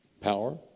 power